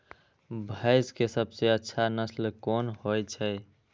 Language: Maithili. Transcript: भैंस के सबसे अच्छा नस्ल कोन होय छे?